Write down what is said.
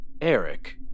Eric